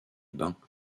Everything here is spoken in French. bains